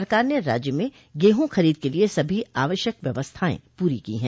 सरकार ने राज्य में गेहूँ खरीद के लिये सभी आवश्यक व्यवस्थाएं पूरी की है